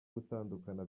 gutandukana